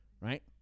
Right